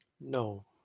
No